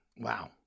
Wow